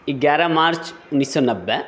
एगारह मार्च उन्नैस सए नबे